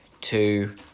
two